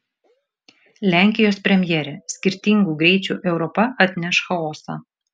lenkijos premjerė skirtingų greičių europa atneš chaosą